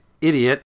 idiot